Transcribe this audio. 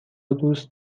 دوست